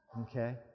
Okay